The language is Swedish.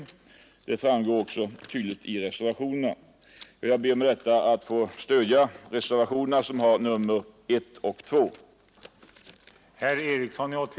Hur detta skulle ske framgår också tydligt av reservationen 2. Jag ber med detta att få yrka bifall till reservationerna I och 2.